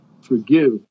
forgive